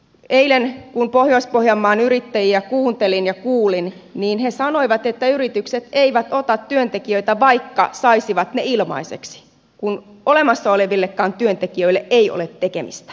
eilen kun pohjois pohjanmaan yrittäjiä kuuntelin ja kuulin he sanoivat että yritykset eivät ota työntekijöitä vaikka saisivat ne ilmaiseksi kun olemassa oleville työntekijöillekään ei ole tekemistä